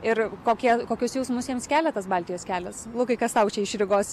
ir kokie kokius jausmus jiems kelia tas baltijos kelias lukai kas tau čia iš rygos